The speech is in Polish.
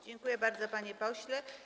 Dziękuję bardzo, panie pośle.